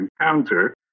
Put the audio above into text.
encounter